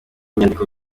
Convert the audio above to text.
nyandiko